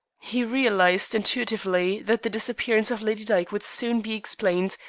he realized intuitively that the disappearance of lady dyke would soon be explained,